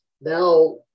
now